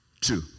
Two